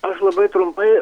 aš labai trumpai